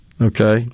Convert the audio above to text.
Okay